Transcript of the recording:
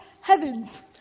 heavens